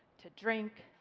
to drink,